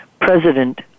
president